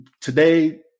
today